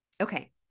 Okay